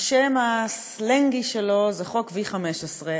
השם הסלנגי שלו זה "חוק V15",